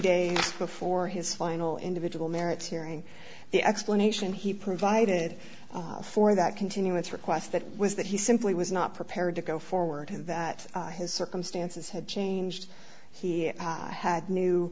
days before his final individual merits hearing the explanation he provided for that continuance request that was that he simply was not prepared to go forward him that his circumstances had changed he had new